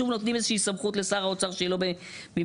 שוב נותנים איזושהי סמכות לשר אוצר שלא במקומה,